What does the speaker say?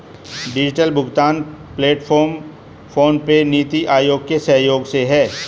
digital भुगतान platform PhonePe, NITI Aayog के सहयोग से है